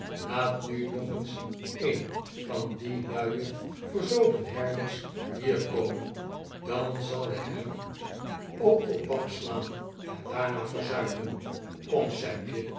jaat nu nog eens een van die luie verzopen herders hier komen dan zal ik hem ook tot pap slaan en daarna verzuipen kpm sampje